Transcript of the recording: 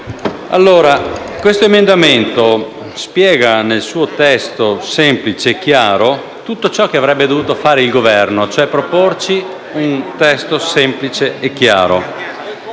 Presidente, l'emendamento 6.201 spiega, nel suo testo semplice e chiaro, tutto ciò che avrebbe dovuto fare il Governo, cioè proporci un testo semplice e chiaro,